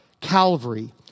Calvary